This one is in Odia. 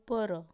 ଉପର